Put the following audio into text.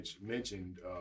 mentioned